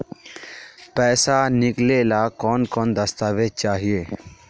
पैसा निकले ला कौन कौन दस्तावेज चाहिए?